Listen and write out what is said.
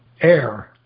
air